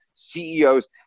CEOs